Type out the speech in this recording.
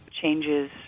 changes